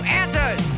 answers